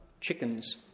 chickens